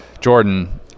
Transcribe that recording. Jordan